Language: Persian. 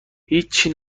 هیچچی